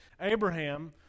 Abraham